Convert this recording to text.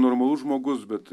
normalus žmogus bet